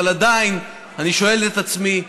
אבל עדיין אני שואל את עצמי,